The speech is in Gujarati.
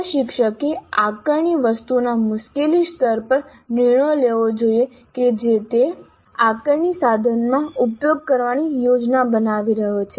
પ્રશિક્ષકે આકારણી વસ્તુઓના મુશ્કેલી સ્તર પર નિર્ણય લેવો જોઈએ કે જે તે આકારણી સાધનમાં ઉપયોગ કરવાની યોજના બનાવી રહ્યો છે